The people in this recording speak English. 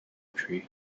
tree